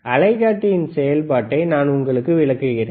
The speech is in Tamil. அலைக்காட்டியின் செயல்பாட்டை நான் உங்களுக்கு விளக்குகிறேன்